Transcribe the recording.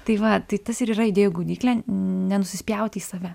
tai va tai tas ir yra idėjų gaudyklė nenusispjauti į save